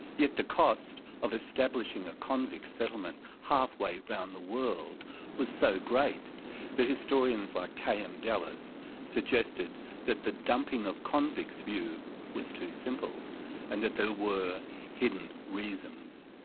yet the cost of establishing a convict settlement halfway round the world was so great that historians like k. m. dallas suggested that the dumping of convicts view was too simple and that there were hidden reasons.